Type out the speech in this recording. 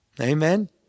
Amen